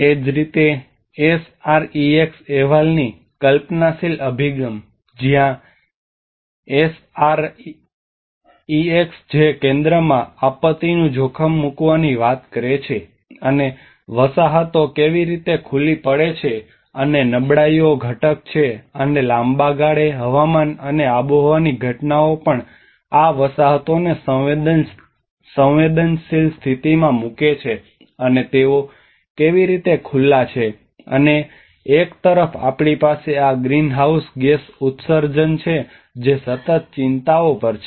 એ જ રીતે એસઆરઇએક્સ અહેવાલની કલ્પનાશીલ અભિગમ જ્યાં એસઆરઇએક્સ જે કેન્દ્રમાં આપત્તિનું જોખમ મૂકવાની વાત કરે છે અને વસાહતો કેવી રીતે ખુલ્લી પડે છે અને નબળાઈઓ ઘટક છે અને લાંબા ગાળે હવામાન અને આબોહવાની ઘટનાઓ પણ આ વસાહતોને સંવેદનશીલ સ્થિતિમાં મૂકે છે અને તેઓ કેવી રીતે ખુલ્લા છે અને એક તરફ આપણી પાસે આ ગ્રીનહાઉસ ગેસ ઉત્સર્જન છે જે સતત ચિંતાઓ પર છે